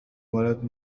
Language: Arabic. ولد